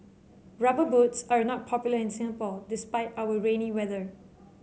rubber boots are not popular in Singapore despite our rainy weather